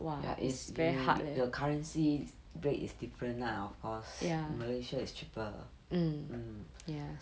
ya it's you your currency break is different lah of course malaysia is cheaper mm